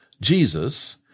Jesus